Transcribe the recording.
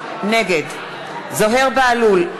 נגד זוהיר בהלול,